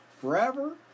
Forever